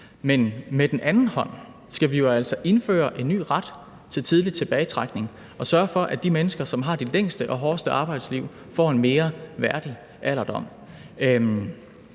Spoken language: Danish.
Men med den anden hånd skal vi jo altså indføre en ny ret til tidlig tilbagetrækning og sørge for, at de mennesker, som har de længste og hårdeste arbejdsliv, får en mere værdig alderdom.